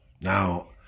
Now